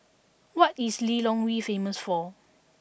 what is Lilongwe famous for